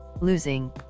losing